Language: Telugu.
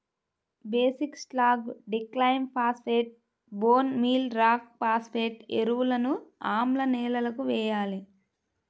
బేసిక్ స్లాగ్, డిక్లైమ్ phosphate, bone meal rock phosphate ఎరువులను ఆమ్ల నేలలకు వేయాలి